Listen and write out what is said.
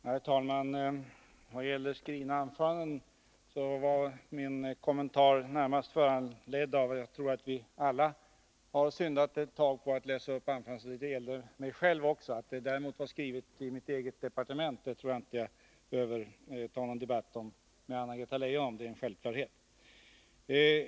Herr talman! Vad gäller skrivna anföranden var min kommentar närmast föranledd av att jag tror att vi alla har syndat därvidlag genom att läsa upp skrivna anföranden. Det gäller mig själv också. Att anförandet däremot var skrivet i mitt departement tror jag inte att jag behöver ta upp någon debatt med Anna-Greta Leijon om — det är en självklarhet.